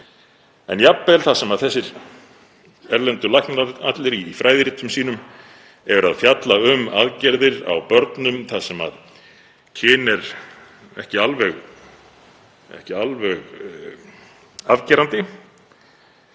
En jafnvel þar sem allir þessir erlendu læknar í fræðiritum sínum fjalla um aðgerðir á börnum þar sem kyn er ekki alveg afgerandi